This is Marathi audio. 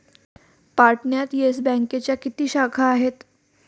पाटण्यात येस बँकेच्या किती शाखा आहेत?